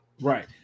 Right